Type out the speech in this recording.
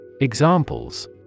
Examples